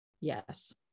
yes